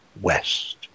west